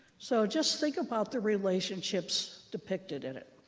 so just think about the relationships depicted in it.